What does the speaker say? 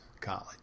college